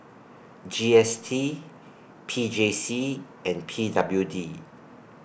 G S T P J C and P W D